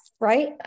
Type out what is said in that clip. Right